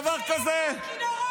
אוי אוי אוי,